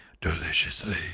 deliciously